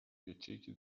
ячейки